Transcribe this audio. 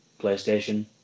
PlayStation